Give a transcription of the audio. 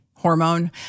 hormone